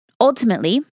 ultimately